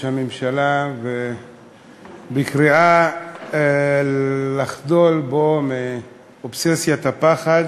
הממשלה בקריאה לחדול מאובססיית הפחד